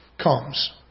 comes